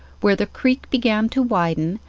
where the creek began to widen,